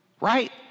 Right